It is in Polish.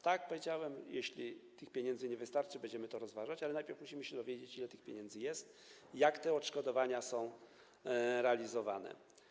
Tak jak powiedziałem, jeśli tych pieniędzy nie wystarczy, będziemy to rozważać, ale najpierw musimy się dowiedzieć, ile tych pieniędzy jest, jak te odszkodowania są realizowane.